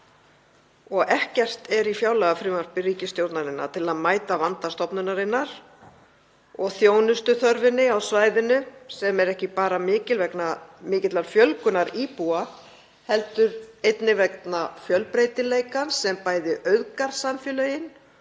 og ekkert er í fjárlagafrumvarpi ríkisstjórnarinnar til að mæta vanda stofnunarinnar og þjónustuþörfinni á svæðinu, sem er ekki bara mikil vegna mikillar fjölgunar íbúa heldur einnig vegna fjölbreytileikans sem bæði auðgar samfélögin